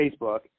Facebook